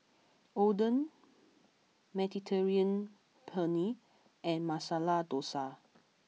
Oden Mediterranean Penne and Masala Dosa